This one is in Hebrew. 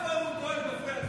רק פורום קהלת מפריע לך.